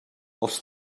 els